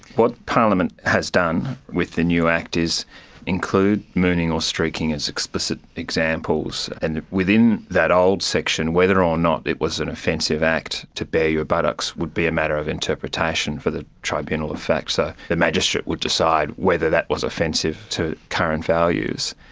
what parliament has done with the new act is include mooning or streaking as explicit examples, and within that old section, whether or not it was an offensive act to bear your buttocks would be a matter of interpretation for the tribunal. so the magistrate would decide whether that was offensive to current values.